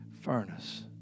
furnace